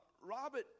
Robert